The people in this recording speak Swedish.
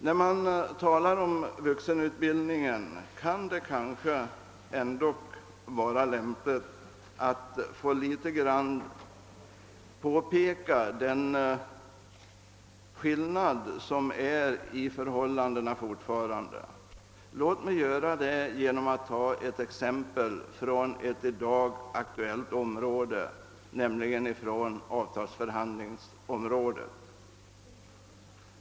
När vi talar om vuxenutbildningen kan det kanske vara lämpligt att påpeka de skillnader som fortfarande råder. Låt mig göra det genom att ta ett exempel från ett dagsaktuellt område, nämligen avtalsförhandlingarna.